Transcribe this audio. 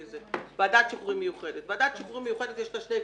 לוועדת שחרורים מיוחדת יש שני כובעים: